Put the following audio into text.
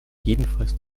jedenfalls